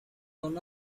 one